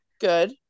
good